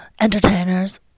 entertainers